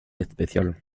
especial